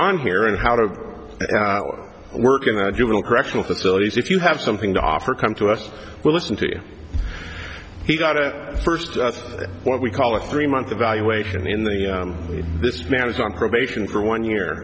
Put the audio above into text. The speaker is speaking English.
on here and how to work in the juvenile correctional facilities if you have something to offer come to us we'll listen to you he got a first what we call a three month evaluation in the this man is on probation for one year